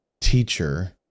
teacher